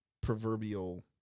proverbial